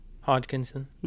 Hodgkinson